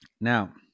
Now